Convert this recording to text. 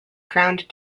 crowned